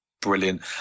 brilliant